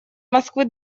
москвы